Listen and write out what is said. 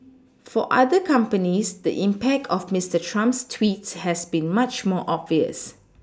for other companies the impact of Mister Trump's tweets has been much more obvious